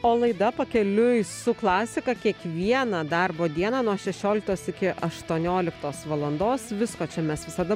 o laida pakeliui su klasika kiekvieną darbo dieną nuo šešioliktos iki aštuonioliktos valandos visko čia mes visada